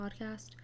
podcast